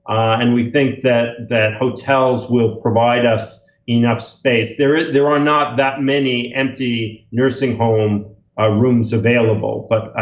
and we think that that hotels will provide us enough space. there there are not that many empty nursing home ah rooms available. but i,